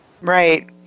Right